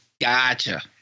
Gotcha